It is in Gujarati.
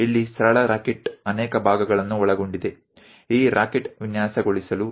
અહીં એક સરળ રોકેટ છે જેમા ઘણા ભાગો નો સમાવેશ થાય છે